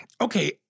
Okay